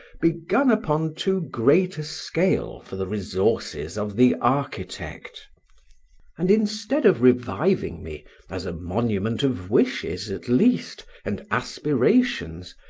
begun upon too great a scale for the resources of the architect and instead of reviving me as a monument of wishes at least, and aspirations,